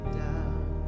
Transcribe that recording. down